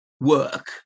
work